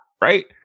right